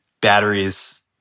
batteries